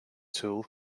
tool